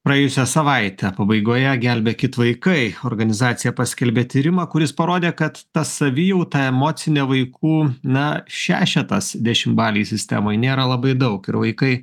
praėjusią savaitę pabaigoje gelbėkit vaikai organizacija paskelbė tyrimą kuris parodė kad ta savijauta emocinė vaikų na šešetas dešimtbalėj sistemoj nėra labai daug ir vaikai